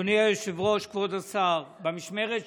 אדוני היושב-ראש, כבוד השר, במשמרת שלך,